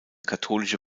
katholische